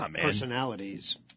personalities